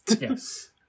Yes